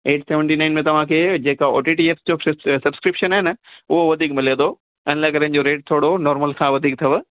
eight seventy nine में तव्हांखे जेका ओ टी टी ऐप्स जो सब्स सब्सक्रिप्शन आहे न उहो वधीक मिले थो इन लाइ करे इनजो रेट थोरो नॉर्मल खां वधीक अथव